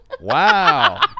Wow